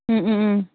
ꯎꯝ ꯎꯝ ꯎꯝ